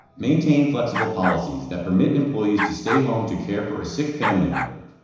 maintain flexible policies that permit employees to stay home to care for a sick family member.